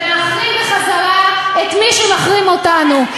ולהחרים בחזרה את מי שמחרים אותנו.